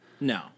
No